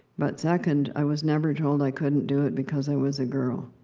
but second, i was never told i couldn't do it because i was a girl.